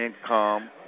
income